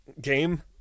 game